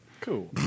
Cool